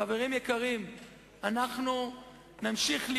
היתה נפילה